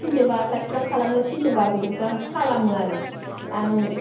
थिनदोब्ला subscribe खालामनो थिनदोब्ला बेखो आं खालामो आरो आं